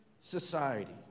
society